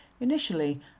Initially